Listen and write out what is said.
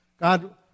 God